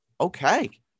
Okay